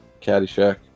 Caddyshack